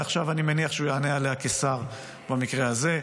ועכשיו אני מניח שהוא יענה עליה כשר במקרה הזה.